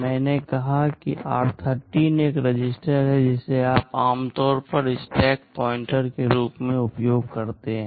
मैंने कहा कि r13 एक रजिस्टर है जिसे आप आमतौर पर स्टैक पॉइंटर के रूप में उपयोग करते हैं